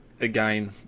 again